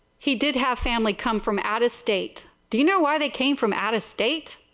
he did have family come from out of state, do you know why they came from out of state?